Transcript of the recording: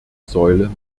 säule